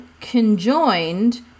conjoined